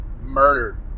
murdered